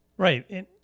Right